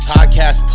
Podcast